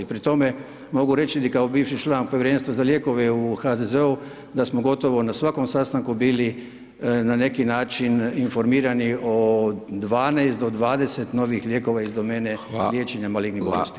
Pri tome mogu reći i kao bivši član Povjerenstva za lijekove u HZZO-u, da smo gotovo na svakom sastanku bili na neki način informirani od 12 do 20 novih lijekova iz domene liječenja malignih bolesti.